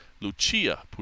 Lucia